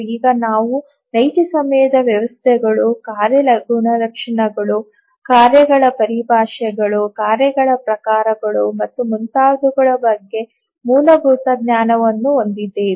ಈಗ ನಾವು ನೈಜ ಸಮಯದ ವ್ಯವಸ್ಥೆಗಳು ಕಾರ್ಯ ಗುಣಲಕ್ಷಣಗಳು ಕಾರ್ಯಗಳ ಪರಿಭಾಷೆಗಳು ಕಾರ್ಯಗಳ ಪ್ರಕಾರಗಳು ಮತ್ತು ಮುಂತಾದವುಗಳ ಬಗ್ಗೆ ಮೂಲಭೂತ ಜ್ಞಾನವನ್ನು ಹೊಂದಿದ್ದೇವೆ